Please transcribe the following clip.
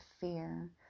fear